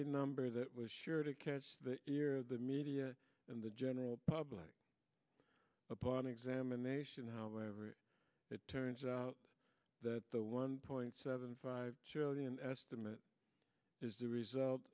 a number that was sure to catch the media and the general public upon examination however it turns out that the one point seven five million estimate is the result